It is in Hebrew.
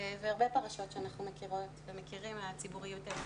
והרבה פרשות שאנחנו מכירות ומכירים מהציבוריות הישראלית.